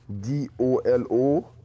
D-O-L-O